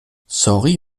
sorry